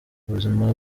ubuzima